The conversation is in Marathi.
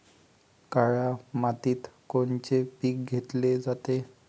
काळ्या मातीत कोनचे पिकं घेतले जाते?